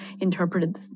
interpreted